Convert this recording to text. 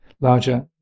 larger